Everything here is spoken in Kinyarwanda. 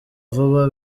vuba